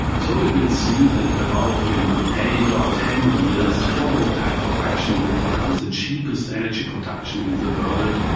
so we will see that about in eight or ten years, photovoltaic production will become the cheapest energy production in the world.